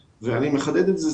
ואני רוצה לחדד את הדברים האלו.